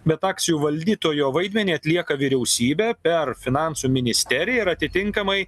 bet akcijų valdytojo vaidmenį atlieka vyriausybė per finansų ministeriją ir atitinkamai